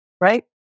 right